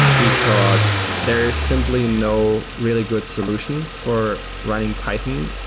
because there is simply no really good solution for running python,